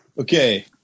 Okay